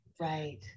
Right